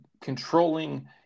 controlling